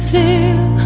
feel